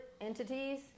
entities